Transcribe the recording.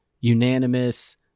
unanimous